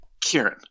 Kieran